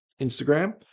Instagram